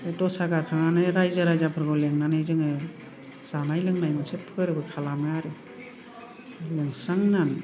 दसा गारखांनानै रायजो राजाफोरखौ लिंनानै जोङो जानाय लोंनाय मोनसे फोरबो खालामो आरो लिंस्रांनानै